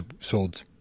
sold